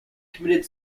committed